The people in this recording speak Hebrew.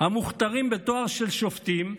"המוכתרים בתואר של שופטים,